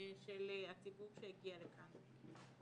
של הציבור שהגיע לכאן.